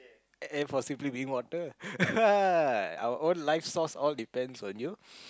a~ aim for simply water our own life source all depends on you